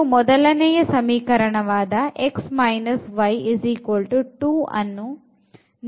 ಇದು ಮೊದಲನೆಯ ಸಮೀಕರಣ ವಾದ x y2 ಅನ್ನು ನೀಲಿ ಗೆರೆಯಿಂದ ಪ್ರತಿನಿಧಿಸಿದ್ದೇವೆ